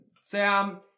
Sam